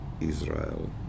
Israel